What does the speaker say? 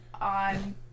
on